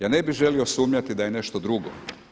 Ja ne bi želio sumnjati da je nešto drugo.